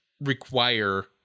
require